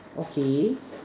okay